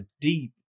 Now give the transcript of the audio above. deep